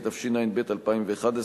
התשע"ב 2011,